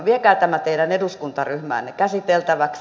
viekää tämä teidän eduskuntaryhmäänne käsiteltäväksi